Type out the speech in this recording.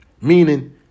meaning